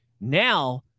Now